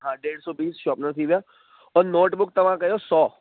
हां ॾेढु सौ पीस शोपनर थी विया ओर नोटबुक तव्हां कयो सौ